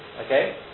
Okay